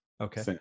Okay